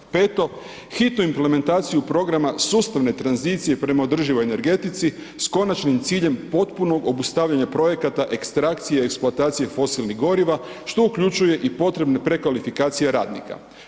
Peto, hitnu implementaciju programa sustavne tranzicije prema održivoj energetici s konačnim ciljem potpunog obustavljanja projekata ekstrakcije i eksploatacije fosilnih goriva što uključuje i potrebne prekvalifikacije radnika.